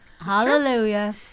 Hallelujah